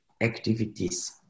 activities